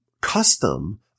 custom